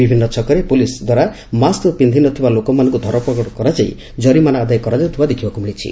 ବିଭିନ୍ନ ଛକରେ ପୁଲିସ୍ ଦ୍ୱାରା ମାସ୍କ ପିକ୍ଷି ନ ଥିବା ଲୋକଙ୍କୁ ଧରପଗଡ଼ କରାଯାଇ ଜରିମାନା ଆଦାୟ କରାଯାଉଥିବା ଦେଖିବାକୁ ମିଳିଛି